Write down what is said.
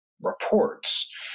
Reports